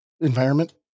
environment